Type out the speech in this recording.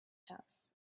house